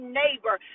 neighbor